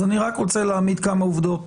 אני רק רוצה להעמיד כמה עובדות